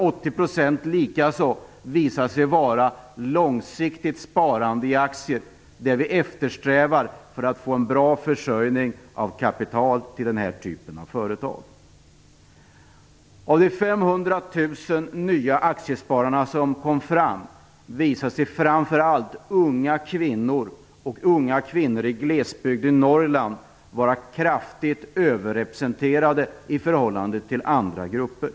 80 % visade sig också vara långsiktigt sparande i aktier, vilket vi eftersträvar för att få en bra försörjning av kapital till den här typen av företag. Av de 500 000 nya aktiespararna som tillkom visade sig framför allt unga kvinnor och unga kvinnor i glesbygden i Norrland vara kraftigt överrepresenterade i förhållande till andra grupper.